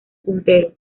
puntero